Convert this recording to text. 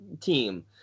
team